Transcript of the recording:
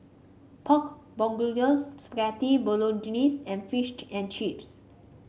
Pork Bulgogi Spaghetti Bolognese and Fish and Chips